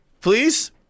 Please